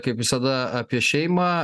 kaip visada apie šeimą